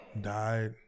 died